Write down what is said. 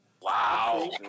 Wow